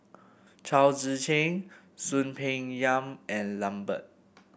Chao Tzee Cheng Soon Peng Yam and Lambert